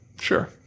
Sure